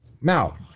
Now